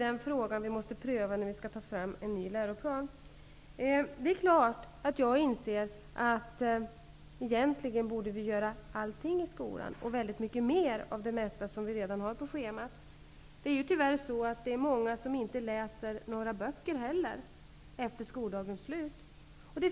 Den frågan måste prövas i och med att vi skall ta fram en ny läroplan. Det är klart att jag inser att vi egentligen borde göra allt i skolan och att vi borde göra väldigt mycket mer av det som redan finns på schemat. Tyvärr finns det ju många som inte läser några böcker efter skoldagens slut.